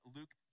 Luke